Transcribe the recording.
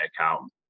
account